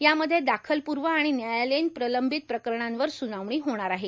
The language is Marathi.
यामध्ये दाखलपर्व आणि न्यायालयातील प्रलंबित प्रकरणांवर सुनावणी होणार आहे